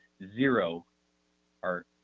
zero are